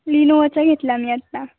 लिनोवाचा घेतला मी आता